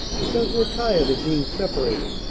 because we're tired of being separated.